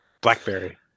Blackberry